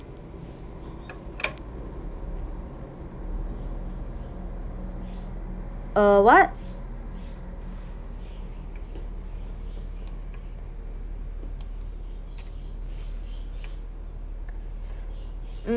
uh what